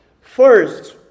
first